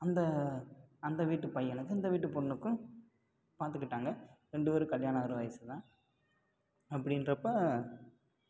அந்த அந்த வீட்டு பையனுக்கும் இந்த வீட்டு பொண்ணுக்கும் பார்த்துக்கிட்டாங்க ரெண்டு பேரும் கல்யாணம் ஆகிற வயதுதான் அப்படின்றப்ப